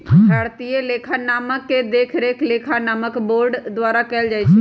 भारतीय लेखा मानक के देखरेख लेखा मानक बोर्ड द्वारा कएल जाइ छइ